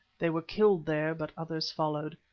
they were killed there, but others followed,